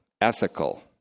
ethical